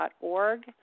.org